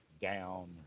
down